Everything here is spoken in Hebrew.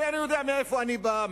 אני יודע מאיפה אני בא,